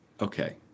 okay